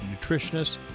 nutritionists